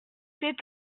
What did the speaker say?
c’est